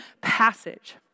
passage